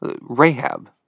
Rahab